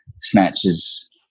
Snatches